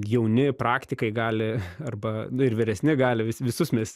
jauni praktikai gali arba nu ir vyresni gali vis visus mes